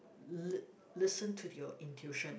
li~ listen to your intuition